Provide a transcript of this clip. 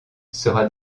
sera